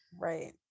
Right